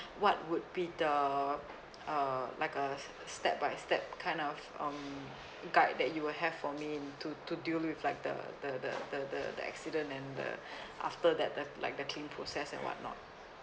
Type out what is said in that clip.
what would be the uh like a step by step kind of um guide that you have for me to to deal with like the the the the the the accident and the after that the like the claim process and whatnot